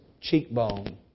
cheekbone